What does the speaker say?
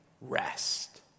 rest